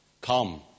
come